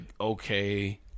okay